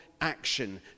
action